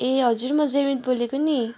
ए हजुर म जेमित बोलेको नि